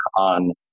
on